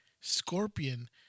Scorpion